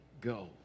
go